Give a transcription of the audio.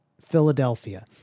Philadelphia